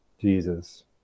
Jesus